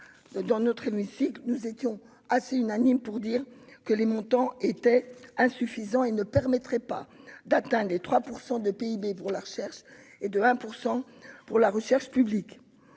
dans notre hémicycle, nous étions nombreux à estimer que les montants étaient insuffisants et qu'ils ne permettraient pas d'atteindre 3 % de PIB pour la recherche et 1 % pour la recherche publique.